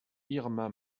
irma